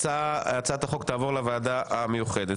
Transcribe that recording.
הצעת החוק תעבור לוועדה המיוחדת.